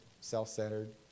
self-centered